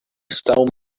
stole